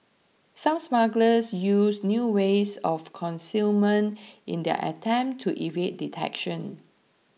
some smugglers used new ways of concealment in their attempts to evade detection